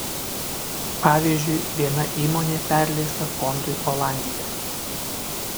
pavyzdžiui viena įmonė perleista fondui olandijoje